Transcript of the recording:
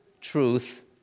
truth